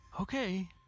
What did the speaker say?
Okay